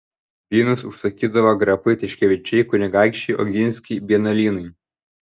vynus užsakydavo grafai tiškevičiai kunigaikščiai oginskiai vienuolynai